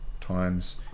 times